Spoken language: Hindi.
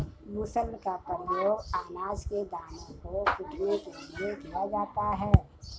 मूसल का प्रयोग अनाज के दानों को कूटने के लिए किया जाता है